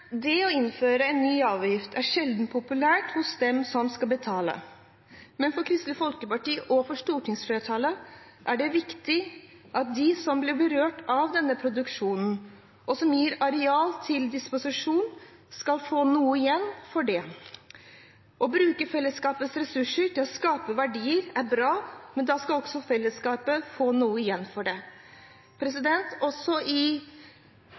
Det å innføre en ny avgift er sjelden populært hos dem som skal betale, men for Kristelig Folkeparti og for stortingsflertallet er det viktig at de som blir berørt av denne produksjonen, og som stiller areal til disposisjon, skal få noe igjen for det. Å bruke fellesskapets ressurser til å skape verdier er bra, men da skal også fellesskapet få noe igjen for det. Også i